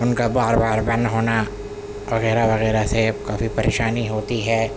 ان کا بار بار بند ہونا وغیرہ وغیرہ سے کافی پریشانی ہوتی ہے